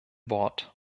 wort